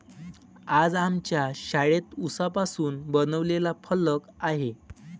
आज आमच्या शाळेत उसापासून बनवलेला फलक आहे